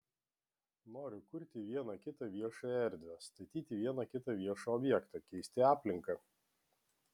noriu kurti vieną kitą viešąją erdvę statyti vieną kitą viešą objektą keisti aplinką